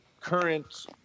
current